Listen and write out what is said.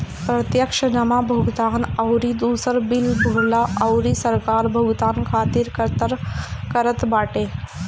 प्रत्यक्ष जमा भुगतान अउरी दूसर बिल भरला अउरी सरकारी भुगतान खातिर करत बाटे